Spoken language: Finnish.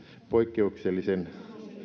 poikkeuksellisen